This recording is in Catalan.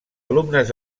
alumnes